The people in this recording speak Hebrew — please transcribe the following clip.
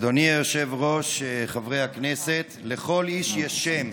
אדוני היושב-ראש, חברי הכנסת, לכל איש יש שם,